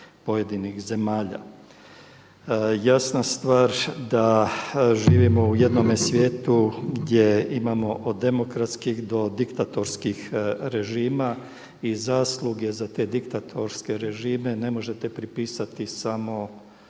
pojedinih zemalja. Jasna stvar da živimo u jednom svijetu gdje imamo od demokratskih do diktatorskih režima i zasluge za te diktatorske režime ne možete pripisati samo